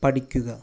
പഠിക്കുക